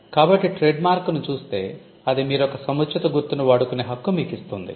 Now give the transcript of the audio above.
కాబట్టి ట్రేడ్మార్క్ ను చూస్తే అది మీరొక సముచిత గుర్తును వాడుకునే హక్కు మీకిస్తుంది